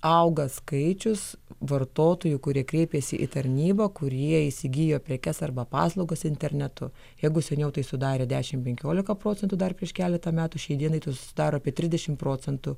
auga skaičius vartotojų kurie kreipėsi į tarnybą kurie įsigijo prekes arba paslaugas internetu jeigu seniau tai sudarė dešim penkiolika procentų dar prieš keletą metų šiai dienai tai susidaro apie trisdešim procentų